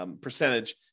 percentage